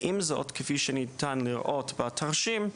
עם זאת, כפי שניתן לראות בתרשים,